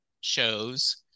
shows